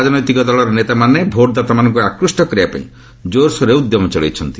ରାଜନୈତିକ ଦଳର ନେତାମାନେ ଭୋଟ୍ଦାତାମାନଙ୍କୁ ଆକୃଷ୍ଟ କରିବାପାଇଁ ଜୋର୍ସୋର୍ରେ ଉଦ୍ୟମ ଚଳାଇଛନ୍ତି